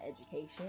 education